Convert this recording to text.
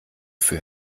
für